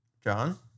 John